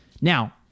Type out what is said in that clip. Now